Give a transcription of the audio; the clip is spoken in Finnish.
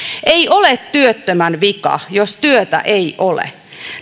ei ole työttömän vika jos työtä ei ole